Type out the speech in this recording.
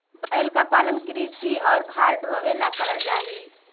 बैल का पालन कृषि और भार ढोवे ला करल जा ही